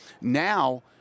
now